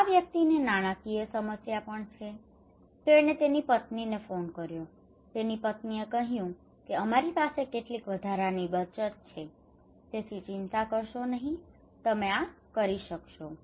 આ વ્યક્તિને નાણાકીય સમસ્યા પણ છે અને તેણે તેની પત્નીને ફોન કર્યો તેની પત્નીએ કહ્યું કે અમારી પાસે કેટલીક વધારાની બચત છે તેથી ચિંતા કરશો નહીં તમે આ કરી શકશો